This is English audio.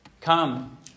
Come